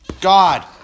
God